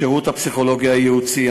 השירות הפסיכולוגי הייעוצי,